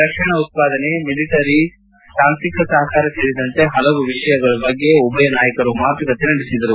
ರಕ್ಷಣಾ ಉತ್ಸಾದನೆ ಮಿಲಿಟರಿ ತಾಂತ್ರಿಕ ಸಹಕಾರ ಸೇರಿದಂತೆ ಹಲವು ವಿಷಯಗಳ ಬಗ್ಗೆ ಉಭಯ ನಾಯಕರು ಮಾತುಕತೆ ನಡೆಸಿದರು